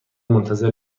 منتظر